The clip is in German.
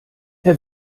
herr